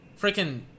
Freaking